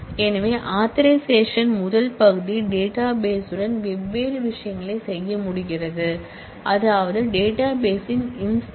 எனவே ஆதரைசேஷன் முதல் பகுதி டேட்டாபேஸ்டன் வெவ்வேறு விஷயங்களைச் செய்ய முடிகிறது அதாவது டேட்டாபேஸ்த்தின் இன்ஸ்டன்ஸ்